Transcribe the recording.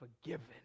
forgiven